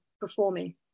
performing